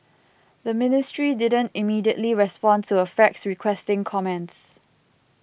the ministry didn't immediately respond to a fax requesting comments